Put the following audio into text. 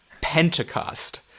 Pentecost